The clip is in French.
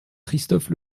christophe